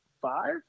five